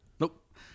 Nope